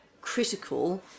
critical